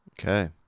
Okay